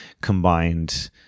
combined